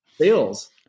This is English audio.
sales